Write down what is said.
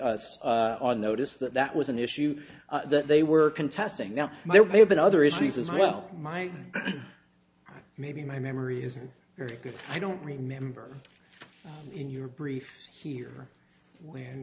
put us on notice that that was an issue that they were contesting now there may have been other issues as well my maybe my memory isn't very good i don't remember in your brief here whe